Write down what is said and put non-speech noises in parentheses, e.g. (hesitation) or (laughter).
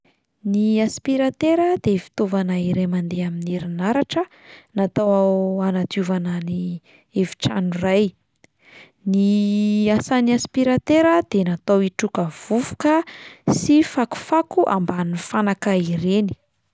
Ny aspiratera de fitaovana iray mandeha amin'ny herinaratra natao hanadiovana ny efitrano iray, ny (hesitation) asan'ny aspiratera de natao hitroka vovoka sy fakofako ambany fanaka ireny.